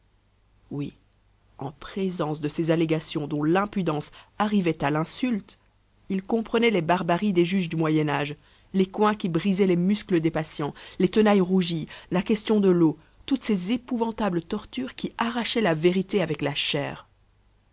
oui en présence de ces allégations dont l'impudence arrivait à l'insulte il comprenait les barbaries des juges du moyen âge les coins qui brisaient les muscles des patients les tenailles rougies la question de l'eau toutes ces épouvantables tortures qui arrachaient la vérité avec la chair